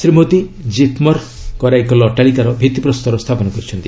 ଶ୍ରୀ ମୋଦି ଜିପ୍ମର୍ କରାଇକଲ ଅଟ୍ଟାଳିକାର ଭିତ୍ତିପ୍ରସ୍ତର ସ୍ଥାପନ କରିଛନ୍ତି